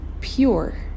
pure